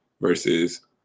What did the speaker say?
versus